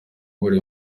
buri